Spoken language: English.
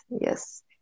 yes